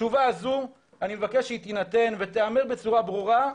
התשובה הזו אני מבקש שהיא תינתן ותיאמר בצורה ברורה,